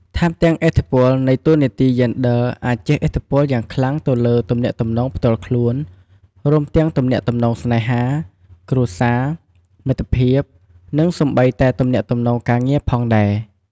ថែមទាំងឥទ្ធិពលនៃតួនាទីយេនឌ័រអាចជះឥទ្ធិពលយ៉ាងខ្លាំងទៅលើទំនាក់ទំនងផ្ទាល់ខ្លួន រួមទាំងទំនាក់ទំនងស្នេហា គ្រួសារ មិត្តភាព និងសូម្បីតែទំនាក់ទំនងការងារផងដែរ។